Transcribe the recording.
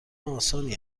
آسانی